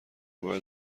باید